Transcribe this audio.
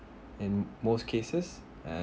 in most cases and